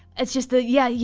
it's just the, yeah. yeah